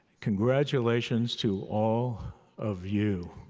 congratulations to all of you.